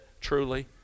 truly